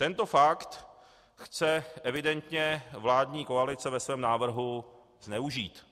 Tento fakt chce evidentně vládní koalice ve svém návrhu zneužít.